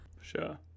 Sure